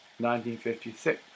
1956